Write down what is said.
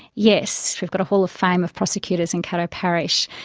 yes, we've got a hall of fame of prosecutors in caddo parish.